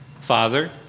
Father